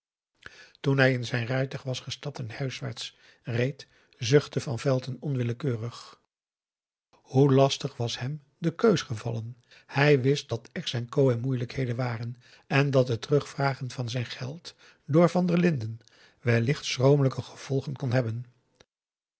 toen hij in zijn rijtuig was gestapt en huiswaarts reed zuchtte van velton onwillekeurig hoe lastig was hem de keus gevallen hij wist dat ex en co in moeilijkheden waren en dat het terugvragen van zijn geld door van der linden wellicht schromelijke gevolgen kon hebben